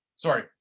Sorry